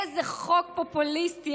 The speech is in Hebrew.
איזה חוק פופוליסטי.